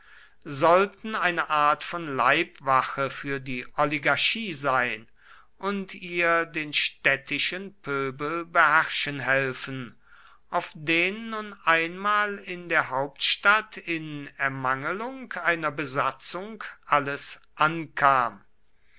sollten eine art von leibwache für die oligarchie sein und ihr den städtischen pöbel beherrschen helfen auf den nun einmal in der hauptstadt in ermangelung einer besatzung alles ankam